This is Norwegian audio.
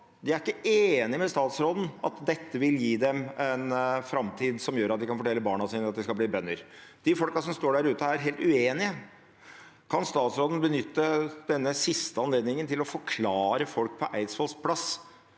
De er ikke enig med statsråden i at dette vil gi dem en framtid som gjør at de kan fortelle barna sine at de skal bli bønder. De folkene som står der ute, er helt uenig. Kan statsråden benytte denne siste anledningen til å forklare folk på Eidsvolls plass